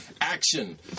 Action